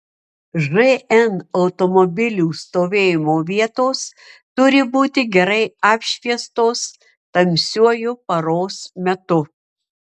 žn automobilių stovėjimo vietos turi būti gerai apšviestos tamsiuoju paros metu